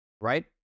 Right